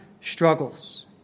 struggles